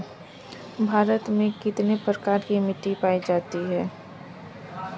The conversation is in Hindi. भारत में कितने प्रकार की मिट्टी पाई जाती है?